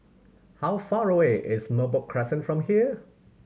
how far away is Merbok Crescent from here